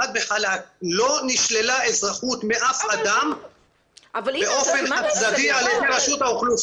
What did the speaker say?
לא נשללה אזרחות מאף אדם באופן חד-צדדי על ידי רשות האוכלוסין.